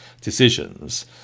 decisions